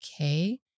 Okay